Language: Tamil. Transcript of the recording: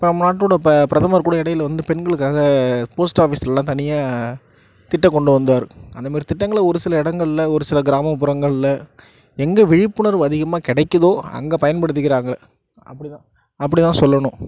இப்போ நம்ம நாட்டோட ப பிரதமர் கூட இடையில வந்து பெண்களுக்காக போஸ்ட் ஆஃபீஸ்லலாம் தனியாக திட்டம் கொண்டு வந்தார் அந்த மாரி திட்டங்களை ஒரு சில இடங்கள்ல ஒரு சில கிராமப்புறங்கள்ல எங்கே விழிப்புணர்வு அதிகமாக கிடைக்குதோ அங்கே பயன்படுத்திக்கிறாங்க அப்படி தான் அப்படி தான் சொல்லணும்